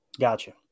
Gotcha